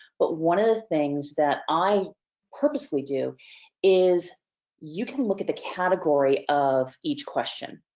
but one of the things that i purposely do is you can look at the category of each question.